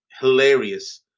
hilarious